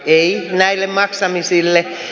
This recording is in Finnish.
ei näille maksamisille